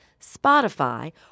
Spotify